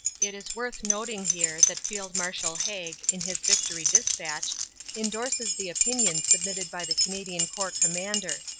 it is worth noting here that field-marshal haig in his victory dispatch endorses the opinion submitted by the canadian corps commander.